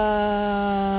err